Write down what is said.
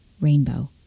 rainbow